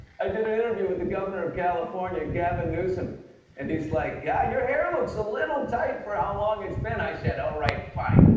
i did an interview with the governor of california, gavin newsom and he's like, yeah your hair looks a little tight for how long it's been. i said, all right,